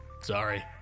Sorry